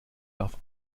darf